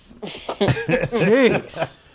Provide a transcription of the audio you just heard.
Jeez